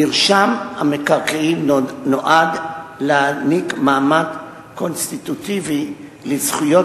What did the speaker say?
מרשם המקרקעין נועד להעניק מעמד קונסטיטוטיבי לזכויות